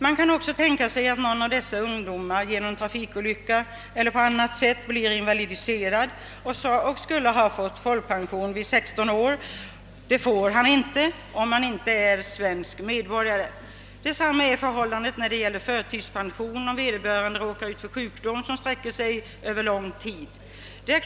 Man kan också tänka sig att någon av dessa ungdomar genom trafikolycka eller av annan anledning blir invalidiserad och egentligen skulle ha fått folkpension vid 16 års ålder men inte kan få det därför att vederbörande inte är svensk medborgare. Samma är förhållandet när det gäller förtidspension, om vederbörande råkar ut för sjukdom som sträcker sig över en lång tidsperiod.